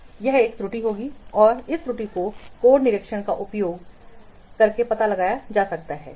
यह एक त्रुटि होगी और इस त्रुटि को कोड निरीक्षण का उपयोग करके पता लगाया जा सकता है